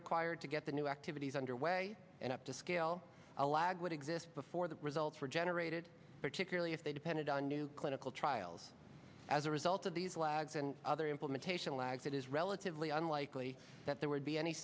required to get the new activities underway and up to scale a lag would exist before the results were generated particularly if they depended on new clinical trials as a result of these lags and other implementation lags it is relatively unlikely that there would be any